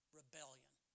rebellion